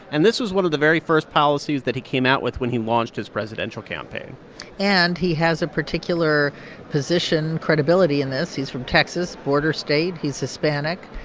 and this was one of the very first policies that he came out with when he launched his presidential campaign and he has a particular position credibility in this. he's from texas border state. he's hispanic.